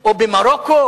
או במרוקו,